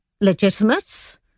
legitimate